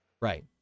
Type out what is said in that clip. Right